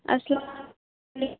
السلام